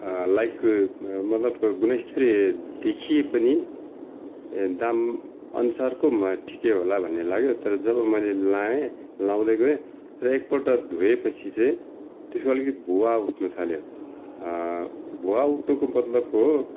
like मतलब गुणस्तरीय देखिए पनि ए दाम अनुसारको ठिकै होला भन्ने लाग्यो तर जब मैले लगाएँ लगाउँदै गएँ तर एक पल्ट धोए पछि चाहिँ त्यसको अलिकति भुवा उठ्नु थाल्यो भुवा उठ्नुको मतलब हो